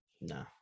no